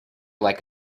like